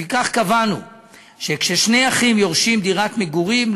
לפיכך קבענו שכששני אחים יורשים דירת מגורים,